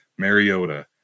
Mariota